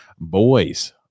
Boys